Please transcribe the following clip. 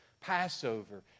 Passover